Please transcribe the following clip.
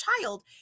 child